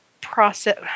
process